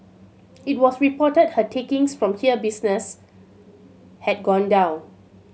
it was reported her takings from here business had gone down